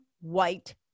white